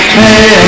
hey